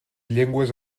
llengües